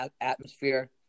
atmosphere